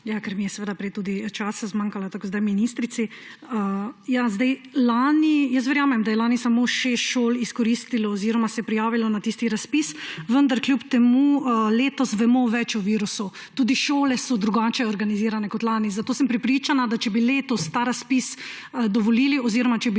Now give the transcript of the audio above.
lepa. Ker mi je seveda prej časa zmanjkalo, tako kot zdaj ministrici. Verjamem, da je lani samo šest šol izkoristilo oziroma se prijavilo na tisti razpis, vendar kljub temu, letos vemo več o virusu, tudi šole so drugače organizirane kot lani, zato sem prepričana, da če bi letos ta razpis dovolili oziroma če bi